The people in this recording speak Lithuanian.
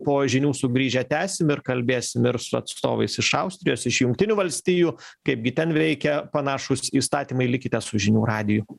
po žinių sugrįžę tęsim ir kalbėsim ir su atstovais iš austrijos iš jungtinių valstijų kaipgi ten veikia panašūs įstatymai likite su žinių radiju